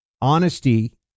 honesty